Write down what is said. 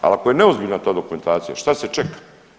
Ali ako je neozbiljna ta dokumentacija šta se čeka?